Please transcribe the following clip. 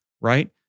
right